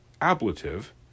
ablative